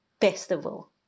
festival